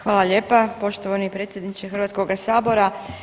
Hvala lijepa poštovani predsjedniče Hrvatskoga sabora.